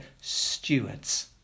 stewards